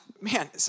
Man